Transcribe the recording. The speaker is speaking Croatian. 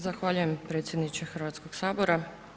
Zahvaljujem predsjedniče Hrvatskog sabora.